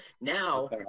Now